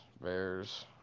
Bears